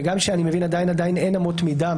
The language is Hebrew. וגם שאני מבין שעדיין אין אמות מידה,